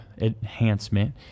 enhancement